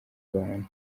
abana